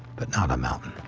but not a mountain.